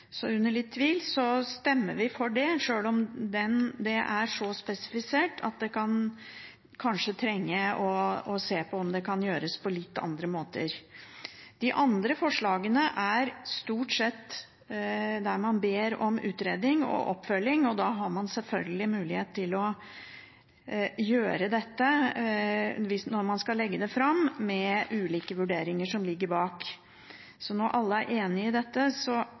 Så under litt tvil stemmer vi for forslag nr. 7, sjøl om det er så spesifisert at man kanskje kan trenge å se på om det kan gjøres på litt andre måter. De andre forslagene er stort sett at man ber om utredning og oppfølging. Da har man selvfølgelig mulighet til å gjøre dette når man skal legge det fram, med ulike vurderinger som ligger bak. Så når alle er enig i dette,